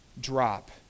drop